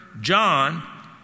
John